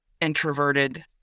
introverted